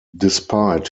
despite